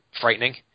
frightening